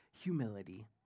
humility